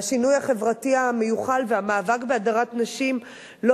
והשינוי החברתי המיוחל והמאבק בהדרת נשים לא